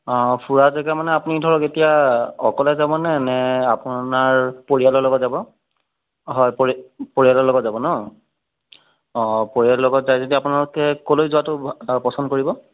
অঁ ফুৰা জেগা মানে আপুনি ধৰক এতিয়া অকলে যাবনে নে আপোনাৰ পৰিয়ালৰ লগত যাব হয় পৰি পৰিয়ালৰ লগত যাব ন অঁ পৰিয়ালৰ লগত যায় যদি আপোনালোকে ক'লৈ যোৱাটো পছন্দ কৰিব